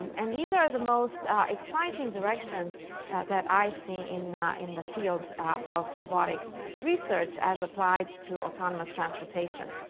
and these are the most exciting directions that i see in the in the field of robotics research as applied to autonomous transportation.